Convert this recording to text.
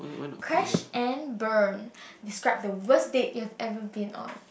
crash and burn describe the worse date you have ever been on